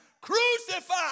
crucify